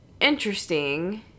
interesting